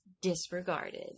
disregarded